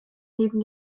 neben